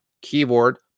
keyboard